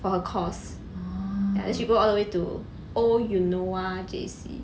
for her course ya then she go all the way to eunoia J_C